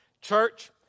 Church